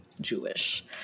jewish